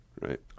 Right